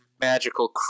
magical